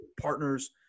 partners